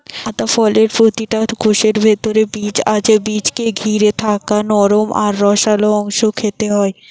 আতা ফলের প্রতিটা কোষের ভিতরে বীজ আছে বীজকে ঘিরে থাকা নরম আর রসালো অংশ খেতে হয়